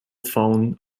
phone